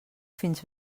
fins